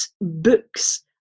books